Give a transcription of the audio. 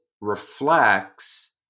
reflects